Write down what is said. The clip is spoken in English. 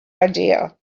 idea